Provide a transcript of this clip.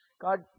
God